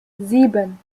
sieben